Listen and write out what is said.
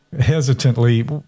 hesitantly